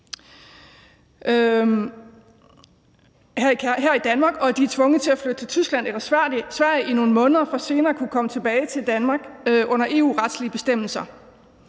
her i Danmark, og at de er tvunget til at flytte til Tyskland eller Sverige i nogle måneder for senere at kunne komme tilbage til Danmark under EU-retlige bestemmelser.